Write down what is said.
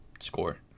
score